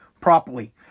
properly